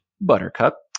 Buttercup